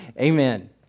Amen